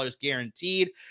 guaranteed